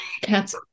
cat's